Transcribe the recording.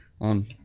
on